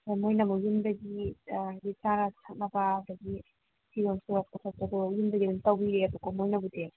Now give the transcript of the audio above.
ꯑꯗ ꯃꯣꯏꯅ ꯑꯃꯨꯛ ꯌꯨꯝꯗꯒꯤ ꯍꯥꯏꯗꯤ ꯆꯥꯅ ꯊꯛꯅꯕ ꯑꯗꯒꯤ ꯐꯤꯔꯣꯟ ꯄꯨꯔꯛꯄ ꯈꯣꯠꯄꯗꯣ ꯌꯨꯝꯗꯒꯤ ꯑꯗꯨꯝ ꯇꯧꯕꯤꯔꯛꯑꯦꯕꯀꯣ ꯃꯣꯏꯅꯕꯨꯗꯤ